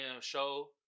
show